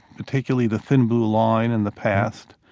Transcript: particularly the thin blue line in the past,